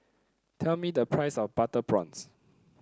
tell me the price of Butter Prawns